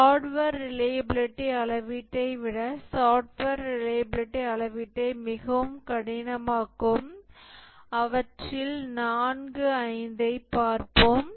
hardware reliability அளவீட்டை விட software reliability அளவீட்டை மிகவும் கடினமாக்கும் அவற்றில் நான்கு ஐந்தைப் பார்ப்போம்